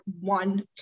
one